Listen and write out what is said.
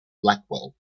blackwell